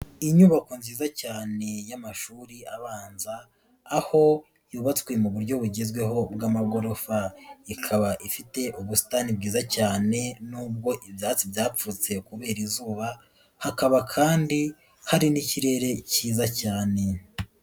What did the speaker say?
Inyubako nziza cyane y'amashuri abanza, aho yubatswe mu buryo bugezweho bw'amagorofa, ikaba ifite ubusitani bwiza cyane nubwo ibyatsi byapfutse kubera izuba, hakaba kandi hari n'ikirere cyiza cyane.